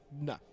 No